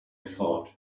thought